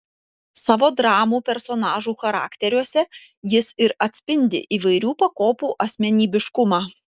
savo dramų personažų charakteriuose jis ir atspindi įvairių pakopų asmenybiškumą